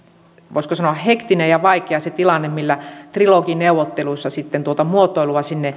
voisiko sanoa hektinen ja vaikea tilanne millä trilogineuvotteluissa tuota muotoilua sinne